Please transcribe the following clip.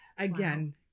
Again